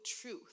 truth